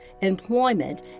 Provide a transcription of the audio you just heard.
employment